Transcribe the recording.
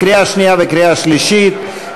קריאה שנייה וקריאה שלישית,